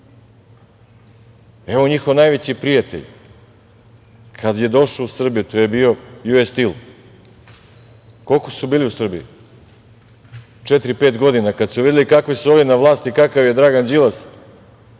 njihov najveći prijatelj kada je došao u Srbiju, to je bio Ju-es-Stil, koliko su bili u Srbiji? Četiri ili pet godina i kada su videli kakvi su ovi na vlasti, kakav je Dragan Đilas,